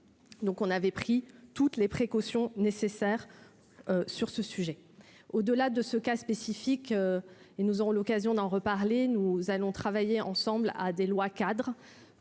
Donc on avait pris toutes les précautions nécessaires sur ce sujet, au-delà de ce cas spécifique, et nous aurons l'occasion d'en reparler, nous allons travailler ensemble à des lois-cadres